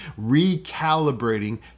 Recalibrating